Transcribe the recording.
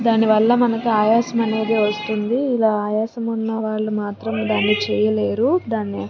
దానివల్ల మనకి ఆయాసం అనేది వస్తుంది ఇలా ఆయాసం ఉన్న వాళ్ళు మాత్రం దాన్ని చెయ్యలేరు దాన్ని